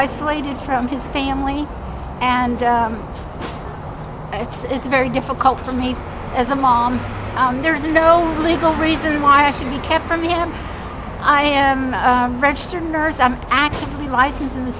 isolated from his family and it's very difficult for me as a mom there's no legal reason why i should be kept from him i am registered nurse i'm actively licensed in the